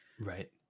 Right